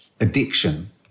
addiction